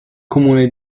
comune